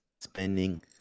spending